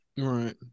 Right